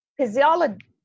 physiology